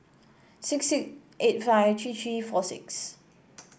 six six eight five three three four six